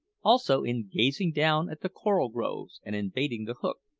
also in gazing down at the coral groves, and in baiting the hook.